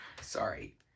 Sorry